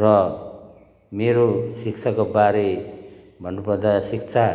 र मेरो शिक्षाकोबारे भन्नुपर्दा शिक्षा